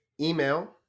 email